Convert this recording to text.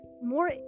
more